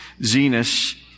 Zenus